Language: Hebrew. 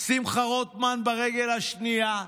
שמחה רוטמן ברגל השנייה,